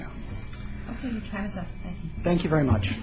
now thank you very much